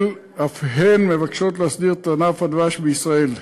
אף הן מבקשות להסדיר את ענף הדבש בישראל.